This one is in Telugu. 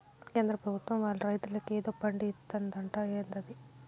కేంద్ర పెభుత్వం వాళ్ళు రైతులకి ఏదో ఫండు ఇత్తందట ఏందది